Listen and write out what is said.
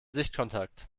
sichtkontakt